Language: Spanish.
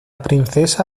princesa